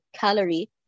calorie